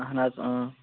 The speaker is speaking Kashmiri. اہن حظ اۭں